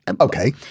Okay